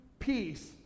Peace